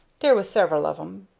dere was several of em,